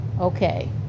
Okay